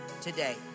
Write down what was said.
today